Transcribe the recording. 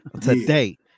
today